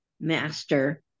master